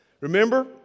Remember